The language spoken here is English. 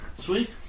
Sweet